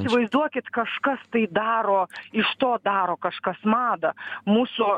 įsivaizduokit kažkas tai daro iš to daro kažkas madą mūsų